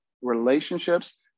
relationships